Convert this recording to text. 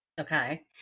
Okay